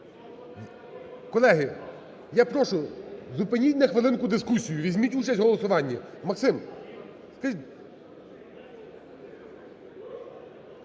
Колеги, я прошу, зупиніть на хвилинку дискусію, візьміть участь в голосуванні. Максим! Є там,